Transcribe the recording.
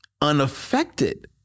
unaffected